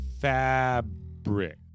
Fabric